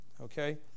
Okay